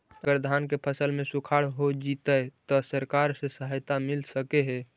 अगर धान के फ़सल में सुखाड़ होजितै त सरकार से सहायता मिल सके हे?